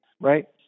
right